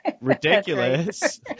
ridiculous